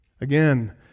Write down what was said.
Again